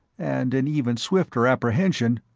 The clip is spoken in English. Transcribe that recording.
and in even swifter apprehension,